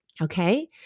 okay